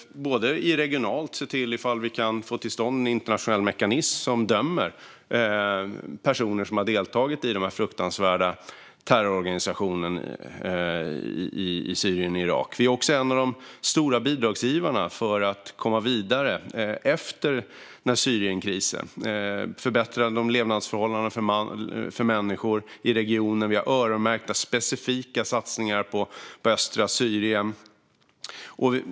Regionalt ser vi om vi kan få till stånd en internationell mekanism som dömer personer som deltagit i dessa fruktansvärda terrororganisationer i Syrien och Irak. Vi är också en av de stora bidragsgivarna för att man ska komma vidare efter Syrienkrisen och förbättra levnadsförhållandena för människor i regionen, och vi har öronmärkta specifika satsningar på östra Syrien.